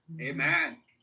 Amen